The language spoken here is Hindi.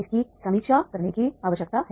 इसकी समीक्षा करने की आवश्यकता है